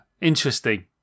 interesting